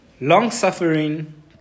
long-suffering